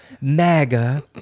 MAGA